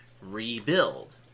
Rebuild